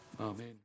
Amen